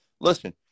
listen